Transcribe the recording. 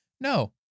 no